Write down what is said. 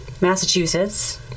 Massachusetts